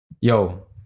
yo